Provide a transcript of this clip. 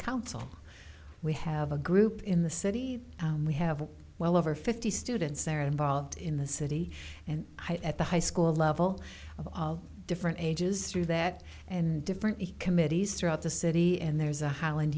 council we have a group in the city we have well over fifty students are involved in the city and high at the high school level of all different ages through that and different the committees throughout the city and there's a highland